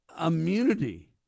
immunity